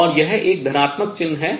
और यह एक धनात्मक चिन्ह है